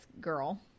girl